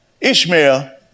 Ishmael